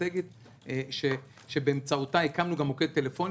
אסטרטגית שבאמצעותה הקמנו גם מוקד טלפוני,